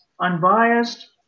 unbiased